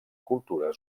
cultura